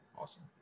Awesome